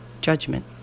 judgment